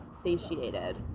satiated